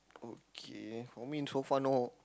okay for me so far no